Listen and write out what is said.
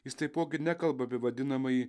jis taipogi nekalba apie vadinamąjį